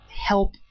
help